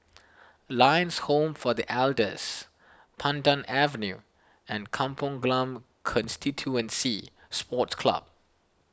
Lions Home for the Elders Pandan Avenue and Kampong Glam Constituency Sports Club